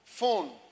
phone